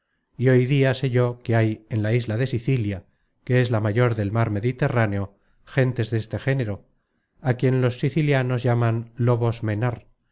y hoy dia sé yo que hay en la isla de sicilia que es la mayor del mar mediterráneo gentes deste género á quien los sicilianos llaman lobos menar